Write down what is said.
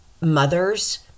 mothers